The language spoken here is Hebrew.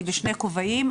אני בשני כובעים,